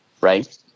right